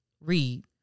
Read